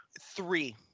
Three